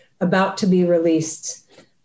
about-to-be-released